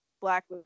black